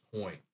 point